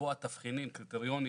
לקבוע תבחינים, קריטריונים